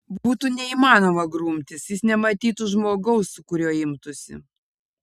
būtų neįmanoma grumtis jis nematytų žmogaus su kuriuo imtųsi